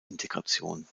integration